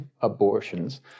abortions